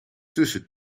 tussen